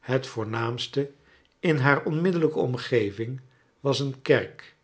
het voornaamste in haar onmiddellijke omgeving was een kerk